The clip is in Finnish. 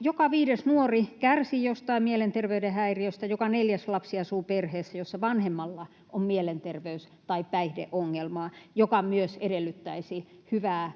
Joka viides nuori kärsii jostain mielenterveyden häiriöstä, joka neljäs lapsi asuu perheessä, jossa vanhemmalla on mielenterveys- tai päihdeongelmaa, mikä myös edellyttäisi hyvää